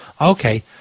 Okay